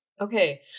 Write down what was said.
Okay